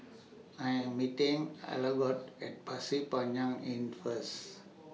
I Am meeting Algot At Pasir Panjang Inn First